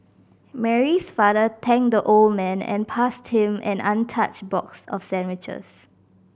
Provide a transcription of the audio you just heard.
Mary's father thanked the old man and passed him an untouched box of sandwiches